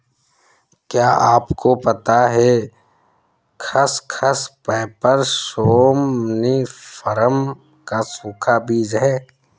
क्या आपको पता है खसखस, पैपर सोमनिफरम का सूखा बीज है?